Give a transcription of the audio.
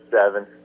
seven